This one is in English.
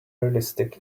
realistic